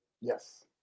Yes